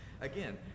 Again